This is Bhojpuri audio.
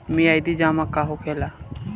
मियादी जमा का होखेला?